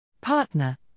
Partner